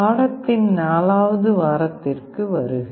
பாடத்தின் 4 வது வாரத்திற்கு வருக